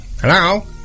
Hello